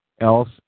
else